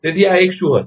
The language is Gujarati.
તેથી આ એક શું થશે